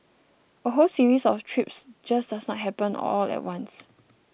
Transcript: a whole series of trips just does not happen all at once